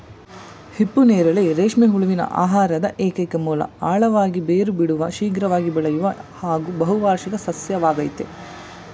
ಹಿಪ್ಪುನೇರಳೆ ರೇಷ್ಮೆ ಹುಳುವಿನ ಆಹಾರದ ಏಕೈಕ ಮೂಲ ಆಳವಾಗಿ ಬೇರು ಬಿಡುವ ಶೀಘ್ರವಾಗಿ ಬೆಳೆಯುವ ಹಾಗೂ ಬಹುವಾರ್ಷಿಕ ಸಸ್ಯವಾಗಯ್ತೆ